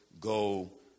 go